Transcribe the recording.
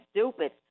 stupid